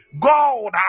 god